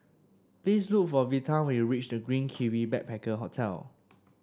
please look for Vita when you reach The Green Kiwi Backpacker Hotel